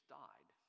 died